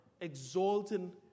exalting